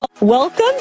Welcome